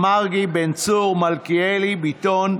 דוד ביטן,